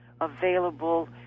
available